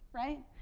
right.